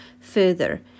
further